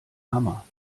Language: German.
hammer